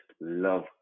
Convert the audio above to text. love